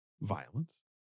violence